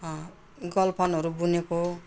गलबनहरू बुनेको